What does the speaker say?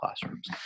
classrooms